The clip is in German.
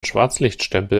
schwarzlichtstempel